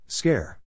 Scare